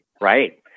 Right